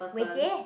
Wei-jie